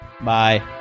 Bye